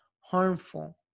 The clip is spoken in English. harmful